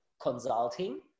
consulting